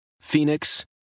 Phoenix